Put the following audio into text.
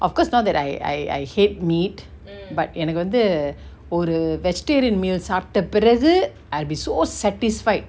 of course not that I I I hate meat but எனக்கு வந்து ஒரு:enaku vanthu oru vegetarian meals சாப்ட பிரகு:saapta piraku I would be so satisfied